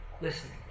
listening